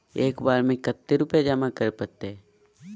एक बार में कते रुपया जमा करे परते?